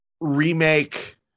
remake